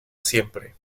siempre